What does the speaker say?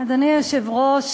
אדוני היושב-ראש,